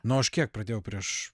nu aš kiek pradėjau prieš